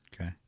Okay